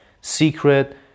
secret